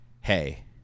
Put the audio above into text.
hey